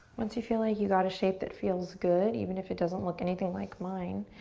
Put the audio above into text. once you feel like you gotta shape that feels good, even if it doesn't look anything like mine,